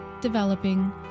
developing